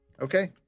Okay